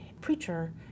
preacher